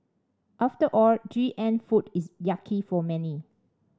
after all G M food is yucky for many